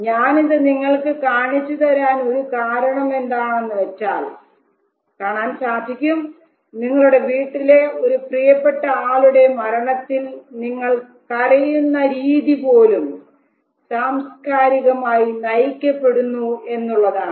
ഞാൻ ഇത് നിങ്ങൾക്ക് കാണിച്ചു തരാൻ ഒരു കാരണം എന്താണെന്ന് വെച്ചാൽ കാണാൻ സാധിക്കും നിങ്ങളുടെ വീട്ടിലെ ഒരു പ്രിയപ്പെട്ട ആളുടെ മരണത്തിൽ നിങ്ങൾ കരയുന്ന രീതിപോലും സാംസ്കാരികമായി നയിക്കപ്പെടുന്നു എന്നുള്ളതാണ്